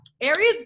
Aries